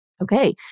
Okay